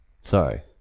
Sorry